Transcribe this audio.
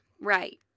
Right